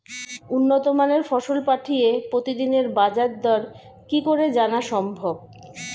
উন্নত মানের ফসল পাঠিয়ে প্রতিদিনের বাজার দর কি করে জানা সম্ভব?